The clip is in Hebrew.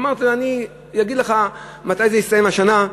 אמרתי לו: אני אגיד לך מתי זה יסתיים השנה,